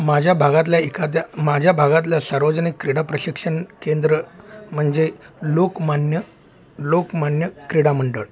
माझ्या भागातल्या एखाद्या माझ्या भागातल्या सार्वजनिक क्रीडा प्रशिक्षण केंद्र म्हणजे लोकमान्य लोकमान्य क्रीडामंडळ